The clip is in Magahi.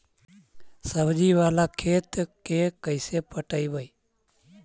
सब्जी बाला खेत के कैसे पटइबै?